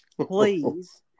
please